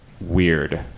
weird